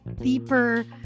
deeper